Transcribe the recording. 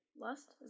Lust